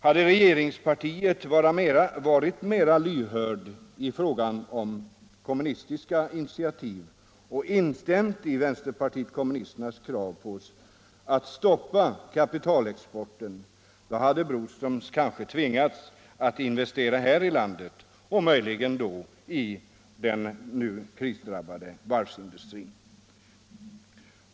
Hade regeringspartiet varit mera lyhört för kommunistiska initiativ och instämt i vänsterpartiet kommunisternas krav på stopp för kapitalexporten, hade Broströms kanske tvingats investera inom landet, måhända inom den krisdrabbade varvsindustrin.